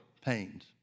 pains